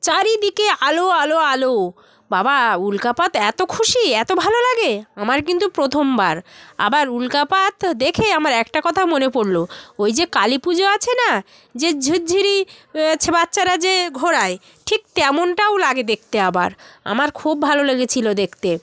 চারিদিকে আলো আলো আলো বাবা উল্কাপাত এত খুশি এত ভালো লাগে আমার কিন্তু প্রথমবার আবার উল্কাপাত দেখে আমার একটা কথা মনে পড়ল ওই যে কালী পুজো আছে না যে ঝুরঝুরি বাচ্চারা যে ঘোরায় ঠিক তেমনটাও লাগে দেখতে আবার আমার খুব ভালো লেগেছিল দেখতে